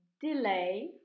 delay